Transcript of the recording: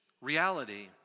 reality